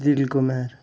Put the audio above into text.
Dilkumar